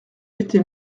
étais